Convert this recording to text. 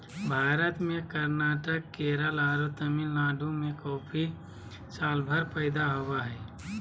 भारत में कर्नाटक, केरल आरो तमिलनाडु में कॉफी सालभर पैदा होवअ हई